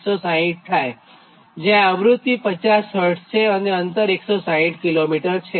008210 6160 થાયજ્યાં આવ્રૃત્તિ 50Hz છે અને અંતર 160 km છે